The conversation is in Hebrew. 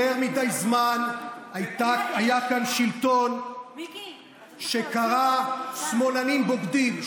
יותר מדי זמן היה כאן שלטון שקרא: שמאלנים בוגדים,